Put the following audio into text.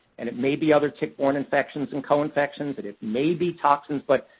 and it may be other tick-borne infections and co-infections, that it may be toxins. but,